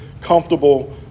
comfortable